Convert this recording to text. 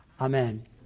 amen